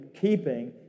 keeping